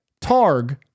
Targ